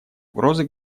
угрозы